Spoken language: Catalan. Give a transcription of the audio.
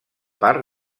part